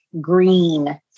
green